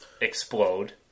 explode